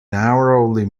narrowly